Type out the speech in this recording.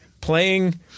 playing